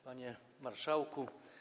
Panie Marszałku!